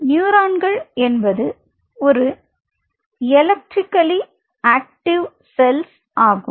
நியூரான்கள் என்பது ஒரு எலக்ட்ரிக்கல் ஆக்டிவா செல்கள் ஆகும்